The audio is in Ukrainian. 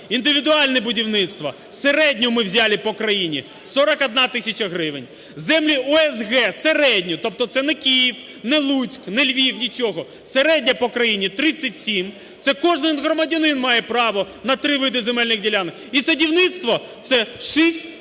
індивідуальне будівництво, середнє ми взяли по країні, 41 тисяча гривень. Землі ОСГ середні, тобто це не Київ, не Луцьк, не Львів нічого, середнє по країні 37, це кожен громадянин має право на три види земельних ділянок, і садівництво – це 6,5